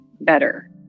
better